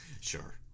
sure